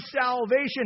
salvation